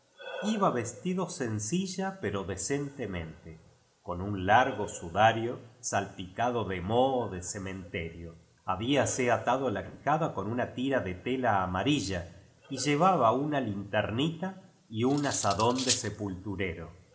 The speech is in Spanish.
iba vestido sencilla pero decentemente con un largo sudario salpicado de moho de cementerio habíase alado ja quijada con una tira de tela amarilla y llevaba una itntornita y un azadón de sepulturero en